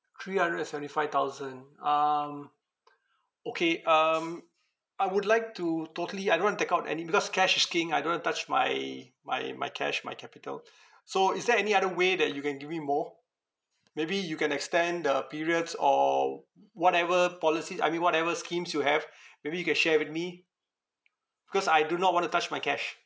three hundred and seventy five thousand um okay um I would like to totally I don't want to take out any because cash is king I don't want to touch my my my cash my capital so is there any other way that you can give me more maybe you can extend the periods or whatever policies I mean whatever schemes you have maybe you can share with me because I do not want to touch my cash